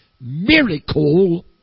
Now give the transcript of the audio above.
miracle